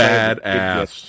badass